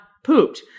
pooped